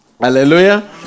Hallelujah